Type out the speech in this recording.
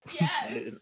Yes